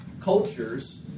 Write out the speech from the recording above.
cultures